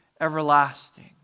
everlasting